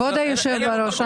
כבוד היושב-ראש,